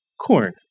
corn